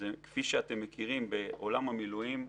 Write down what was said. כפי שאתם מכירים בעולם המילואים,